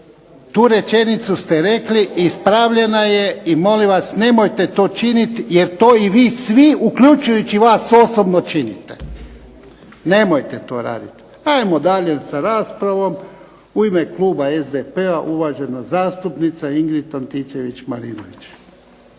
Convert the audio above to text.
tu rečenicu ste rekli, ispravljena je. I molim vas nemojte to činiti jer to i vi svi uključujući vas osobno činite. Nemojte to raditi. Ajmo dalje sa raspravom. U ime kluba SDP-a uvažena zastupnica Ingrid Antičević-Marinović.